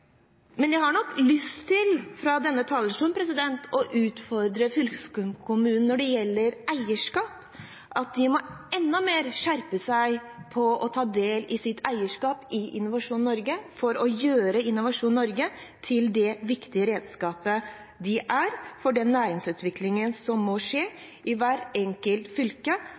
Men jeg har nok lyst til fra denne talerstolen å utfordre fylkeskommunene når det gjelder eierskap – at de må skjerpe seg enda mer når det gjelder å ta del i sitt eierskap i Innovasjon Norge – for å gjøre Innovasjon Norge til det viktige redskapet det er for den næringsutviklingen som må skje i hvert enkelt fylke.